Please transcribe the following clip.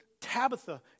Tabitha